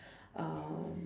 um